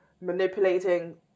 manipulating